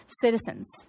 citizens